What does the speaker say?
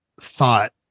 thought